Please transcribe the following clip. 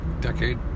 decade